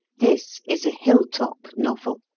this is a hill-top novel.